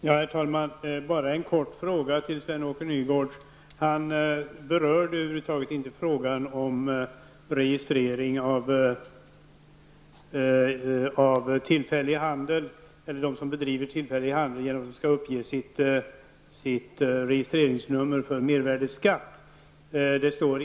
Herr talman! Jag vill ställa en kort fråga till Sven Åke Nygårds. Han berörde över huvud taget inte frågan om registrering av dem som bedriver tillfällig handel, dvs. att de skall uppge sitt registreringsnummer för mervärdeskatt.